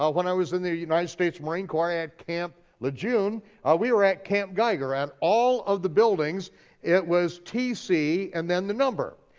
ah when i was in the united states marine corps at camp lejeune, ah we were at camp geiger, on all of the buildings it was tc and then the number.